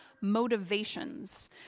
motivations